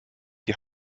die